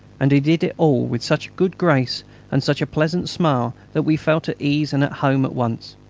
and he did it all with such good grace and such a pleasant smile that we felt at ease and at home at once.